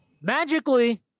magically